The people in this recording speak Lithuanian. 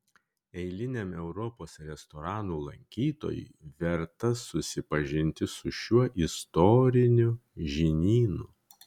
eiliniam europos restoranų lankytojui verta susipažinti su šiuo istoriniu žinynu